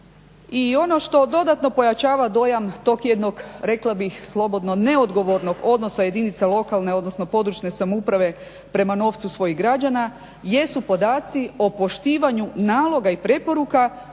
I ono što dodatno pojačava dojam tog jednog rekla bih slobodno neodgovornog odnosa jedinica lokalne odnosno područne samouprave prema novcu svojih građana jesu podaci o poštivanju naloga i preporuka